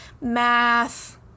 math